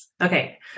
Okay